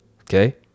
Okay